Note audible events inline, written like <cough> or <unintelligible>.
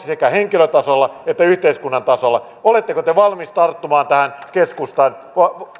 <unintelligible> sekä henkilötasolla että yhteiskunnan tasolla oletteko te valmis tarttumaan tähän keskustan